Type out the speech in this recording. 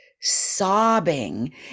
sobbing